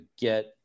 get